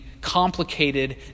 complicated